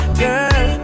girl